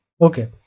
okay